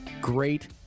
Great